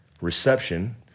reception